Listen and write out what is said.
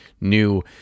new